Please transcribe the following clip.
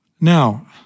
Now